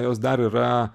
jos dar yra